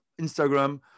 Instagram